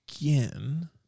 again